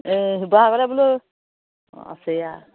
এই শিৱসাগলৈ বোলো অঁ আছেই আৰু